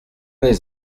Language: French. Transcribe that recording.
des